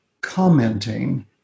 commenting